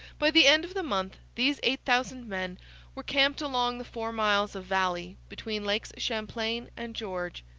by the end of the month these eight thousand men were camped along the four miles of valley between lakes champlain and george.